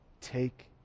Take